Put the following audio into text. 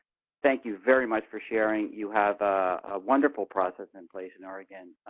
thank you very much for sharing. you have a wonderful process in place in oregon.